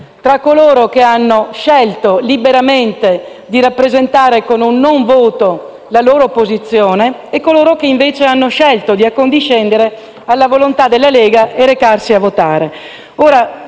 tra coloro che hanno scelto liberamente di rappresentare con un non voto la loro posizione e coloro che invece hanno scelto di accondiscendere alla volontà della Lega recandosi a votare.